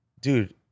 dude